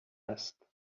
است